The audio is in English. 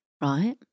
right